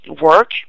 work